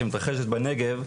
שמתרחשת בנגב,